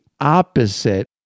opposite